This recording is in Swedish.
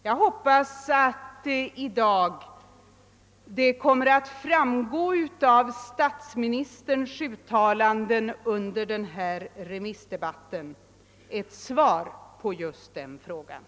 Jag hoppas att statsministerns uttalanden i dag under remissdebatten kommer att innehålla ett svar på de frågorna.